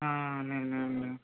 నేనే అండి